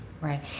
right